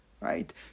right